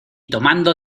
tomando